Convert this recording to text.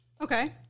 Okay